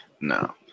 No